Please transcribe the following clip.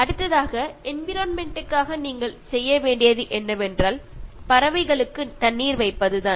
അടുത്തതായി നമുക്ക് ചെയ്യാൻ കഴിയുന്നത് പക്ഷികൾക്കു വേണ്ടി കുറച്ചു വെള്ളം നമ്മുടെ ചുറ്റുപാടും കരുതുക എന്നതാണ്